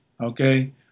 Okay